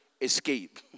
escape